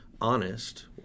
honest